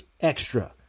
extra